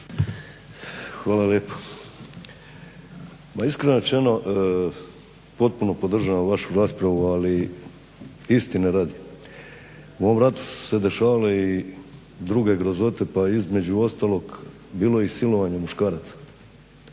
Pa iskreno rečeno potpuno podržavam vašu raspravu, ali istine radi. U ovom ratu su se dešavale i druge grozote, pa između ostalog bilo je silovanja muškaraca.